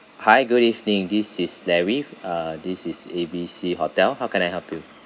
hi good evening this is larry uh this A_B_C hotel how can I help you